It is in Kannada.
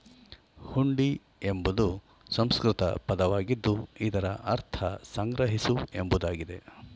ಹುಂಡಿ ಎಂಬುದು ಸಂಸ್ಕೃತ ಪದವಾಗಿದ್ದು ಇದರ ಅರ್ಥ ಸಂಗ್ರಹಿಸು ಎಂಬುದಾಗಿದೆ